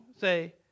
say